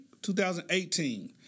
2018